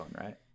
right